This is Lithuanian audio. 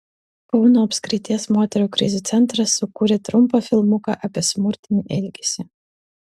kauno apskrities moterų krizių centras sukūrė trumpą filmuką apie smurtinį elgesį